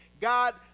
god